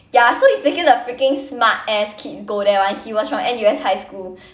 ya so it's basically the freaking smartass kids go there [one] he was from N_U_S highschool